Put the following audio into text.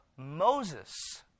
Moses